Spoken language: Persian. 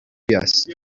است